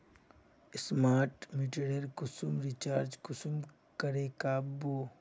Smart मीटरेर कुंसम recharge कुंसम करे का बो?